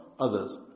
others